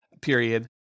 period